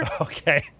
Okay